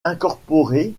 incorporées